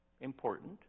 important